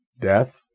death